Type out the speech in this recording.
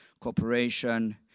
Cooperation